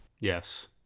Yes